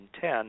ten